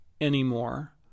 anymore